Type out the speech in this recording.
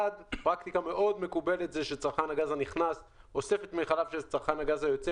פרקטיקה מאוד מקובלת זה שספק הגז הנכנס אוסף את מכליו של ספק הגז היוצא,